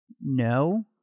No